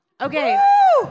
Okay